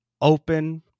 open